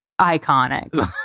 Iconic